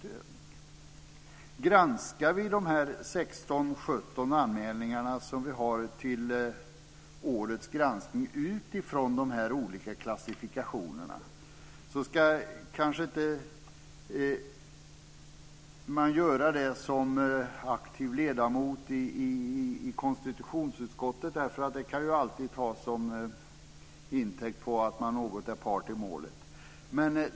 En granskning av de 16 eller 17 anmälningar som föreligger för årets granskning ska man som aktiv ledamot i konstitutionsutskottet kanske inte göra utifrån de här olika klassifikationerna därför att det alltid kan tas som intäkt för att man något är part i målet.